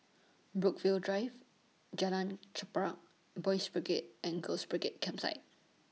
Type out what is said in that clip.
Brookvale Drive Jalan Chorak Boys' Brigade and Girls' Brigade Campsite